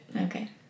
okay